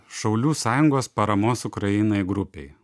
šaulių sąjungos paramos ukrainai grupei